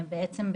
בעצם,